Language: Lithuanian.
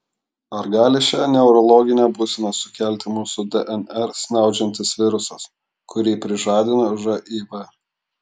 ar gali šią neurologinę būseną sukelti mūsų dnr snaudžiantis virusas kurį prižadino živ